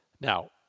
Now